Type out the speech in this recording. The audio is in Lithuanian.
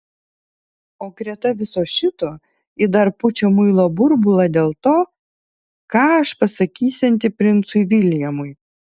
o greta viso šito ji dar pučia muilo burbulą dėl to ką aš pasakysianti princui viljamui